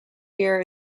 beer